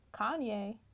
Kanye